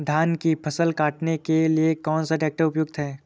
धान की फसल काटने के लिए कौन सा ट्रैक्टर उपयुक्त है?